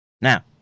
Now